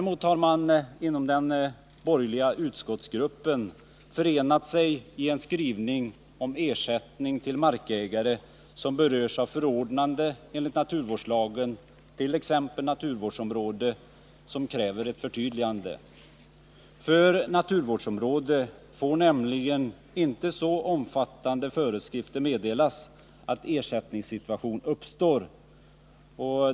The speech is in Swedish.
Man har inom den borgerliga utskottsgruppen förenat sig i en skrivning om ersättning till markägare som berörs av förordnande enligt naturvårdslagen, t.ex. naturvårdsområde, som kräver ett förtydligande. För naturvårdsområde får nämligen inte så omfattande föreskrifter meddelas att ersättningssituation uppstår.